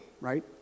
right